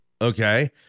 Okay